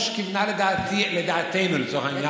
היושבת-ראש כיוונה לדעתנו, לצורך העניין.